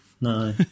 no